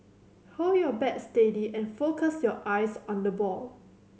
hold your bat steady and focus your eyes on the ball